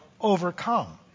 Overcome